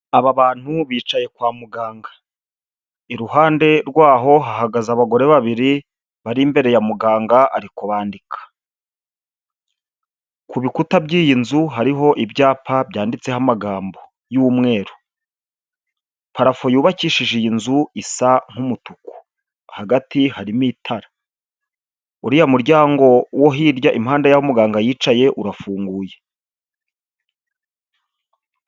Aba bantu bicaye kwa muganga iruhande rwaho hahagaze abagore babiri bari imbere ya muganga arikubandika, kubikuta by'iyi nzu hariho ibyapa byanditseho amagambo y'umweru, parafo yubakishije iyi nzu isa nk'umutuku hagati harimo itara, uriya muryango wo hirya impande yaho muganga yicaye urafunguye.